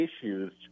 issues